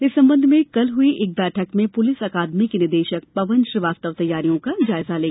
इस संबंध में कल हुई एक बैठक में पुलिस अकादमी के निदेशक पवन श्रीवास्तव तैयारियों का जायजा लिया